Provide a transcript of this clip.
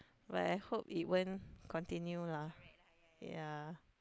but I hope it won't continue lah